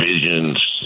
visions